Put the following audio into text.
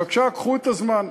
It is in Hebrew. בבקשה, קחו את הזמן.